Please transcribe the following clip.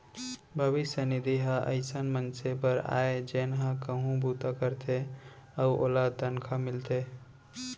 भविस्य निधि ह अइसन मनसे बर आय जेन ह कहूँ बूता करथे अउ ओला तनखा मिलथे